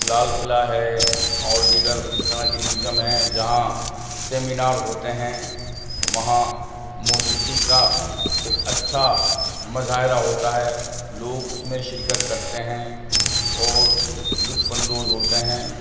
لال قلعہ ہے اور دیگر اس طرح کی میوزیم ہیں جہاں سیمینار ہوتے ہیں وہاں موسیقی کا ایک اچھا مظاہرہ ہوتا ہے لوگ اس میں شرکت کرتے ہیں اور لطف اندوز ہوتے ہیں